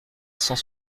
cent